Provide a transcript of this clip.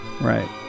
Right